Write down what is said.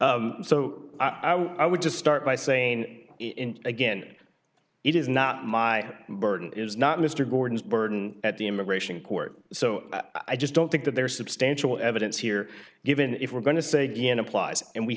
and so i would just start by saying in again it is not my burden is not mr gordon's burden at the immigration court so i just don't think that there is substantial evidence here given if we're going to say d n applies and we